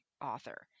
author